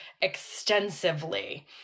extensively